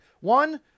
One